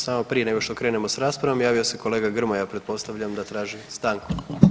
Samo prije nego što krenemo s raspravom, javio se kolega Grmoja, pretpostavljam da traži stanku.